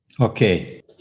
Okay